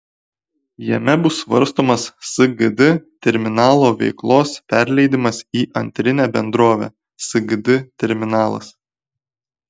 jame bus svarstomas sgd terminalo veiklos perleidimas į antrinę bendrovę sgd terminalas